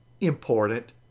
important